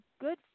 good